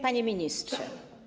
Panie Ministrze!